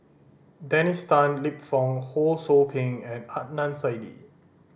Dennis Tan Lip Fong Ho Sou Ping and Adnan Saidi